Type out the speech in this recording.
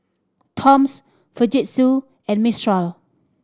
Toms Fujitsu and Mistral